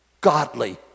godly